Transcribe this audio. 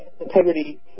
integrity